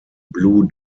blue